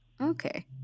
okay